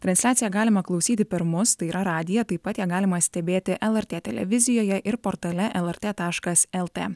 transliaciją galima klausyti per mus tai yra radiją taip pat ją galima stebėti lrt televizijoje ir portale lrt taškas lt